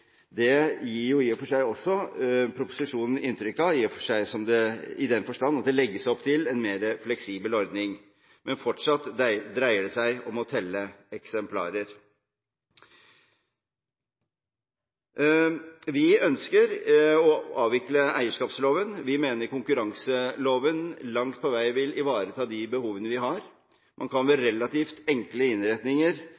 Det gir i og for seg også proposisjonen inntrykk av i den forstand at det legges opp til en mer fleksibel ordning. Men fortsatt dreier det seg om å telle eksemplarer. Vi ønsker å avvikle eierskapsloven. Vi mener at konkurranseloven langt på vei vil ivareta de behovene vi har. Man kan